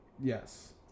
Yes